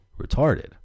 retarded